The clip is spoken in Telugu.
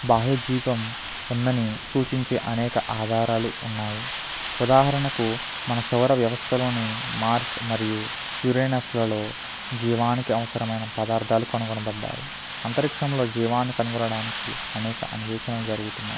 బాహ్యజీవం ఉందని సూచించే అనేక ఆధారాలు ఉన్నాయి ఉదాహరణకు మన సౌర వ్యవస్థలోని మార్స్ మరియు యురేనస్లలో జీవానికి అవసరమైన పదార్థాలు కనుగొనబడ్డాయి అంతరిక్షంలో జీవాన్నీ కనుగొనడానికి అనేక అన్వేషణ జరుగుతున్నాయి